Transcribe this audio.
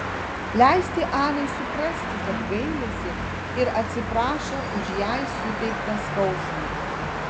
leisti anai suprasti kad gailisi ir atsiprašo už jai suteiktą skausmą